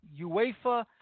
UEFA